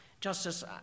Justice